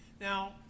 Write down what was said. Now